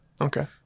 Okay